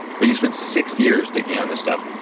but you spent six years digging in on this stuff.